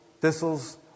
thistles